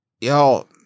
yo